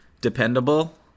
Dependable